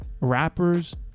rappers